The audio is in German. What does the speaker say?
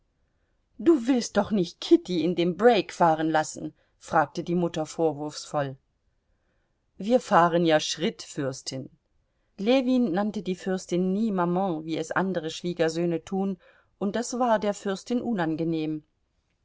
du willst doch nicht kitty in dem break fahren lassen fragte die mutter vorwurfsvoll wir fahren ja schritt fürstin ljewin nannte die fürstin nie maman wie es andere schwiegersöhne tun und das war der fürstin unangenehm